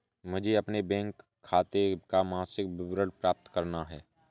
मुझे अपने बैंक खाते का मासिक विवरण प्राप्त करना है?